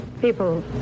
People